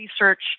research